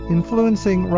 influencing